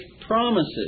promises